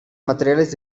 materiales